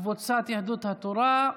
קבוצת יהדות התורה,